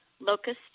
locust